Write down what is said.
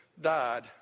died